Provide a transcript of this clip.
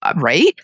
Right